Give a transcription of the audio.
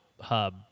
hub